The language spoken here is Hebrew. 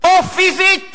או פיזית